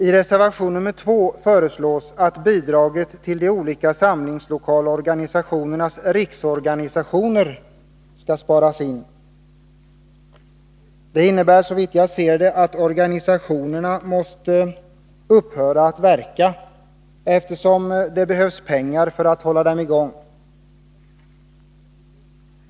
I reservation nr 2 föreslås att bidraget till de olika samlingslokalorganisationernas riksorganisationer skall sparas in. Det innebär, såvitt jag ser, att organisationerna måste upphöra att verka, eftersom det behövs pengar för att hålla dem i gång.